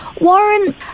Warren